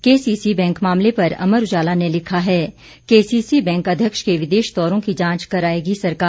KCC bank मामले पर अमर उजाला ने लिखा है केसीसी बैंक अध्यक्ष के विदेश दौरों की जांच करायेगी सरकार